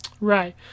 right